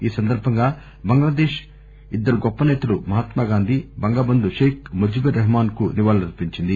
ఈ సందర్బంగా బంగ్లాదేశ్ ఇద్దరు గొప్ప సేతలు మహాత్మగాంధీ బంగ బంధు షేక్ ముజ్ బుర్ రెహమాన్ కు నివాళులర్పించింది